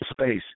space